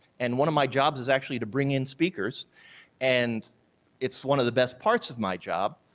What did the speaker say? and one of my jobs is actually to bring in speakers and it's one of the best parts of my job.